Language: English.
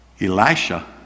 Elisha